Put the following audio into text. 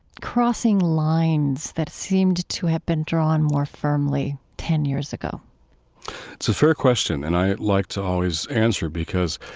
crossing lines that seemed to have been drawn more firmly ten years ago it's a fair question. and i like to always answer because,